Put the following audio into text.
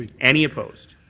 any opposed.